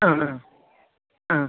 ആ ആ ആ